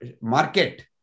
market